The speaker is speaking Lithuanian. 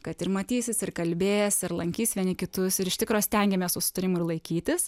kad ir matysis ir kalbės ir lankys vieni kitus ir iš tikro stengiamės tų sutarimų ir laikytis